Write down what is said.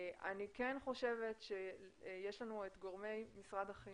אני כן חושבת שיש לנו את גורמי משרד החינוך,